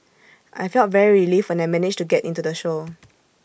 I felt very relieved when I managed to get into the show